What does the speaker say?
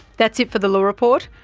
that's it for the law report.